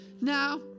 Now